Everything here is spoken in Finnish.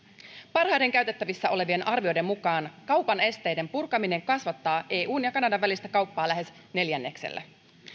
parhaiden käytettävissä olevien arvioiden mukaan kaupan esteiden purkaminen kasvattaa eun ja kanadan välistä kauppaa lähes neljänneksellä